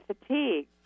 fatigue